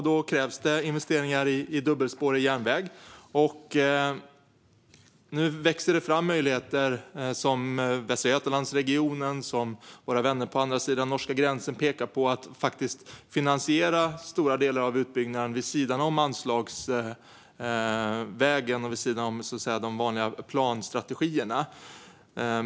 Då krävs det investeringar i dubbelspårig järnväg. Nu växer det fram möjligheter som Västra Götalandsregionen och våra vänner på andra sidan norska gränsen pekar på. Det handlar om att finansiera stora delar av utbyggnaden vid sidan av anslagsvägen och vid sidan av de vanliga planstrategierna.